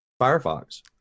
Firefox